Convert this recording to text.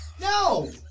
No